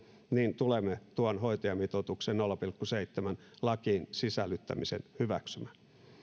tulee tuon nolla pilkku seitsemän hoitajamitoituksen lakiin sisällyttämisen hyväksymään lopuksi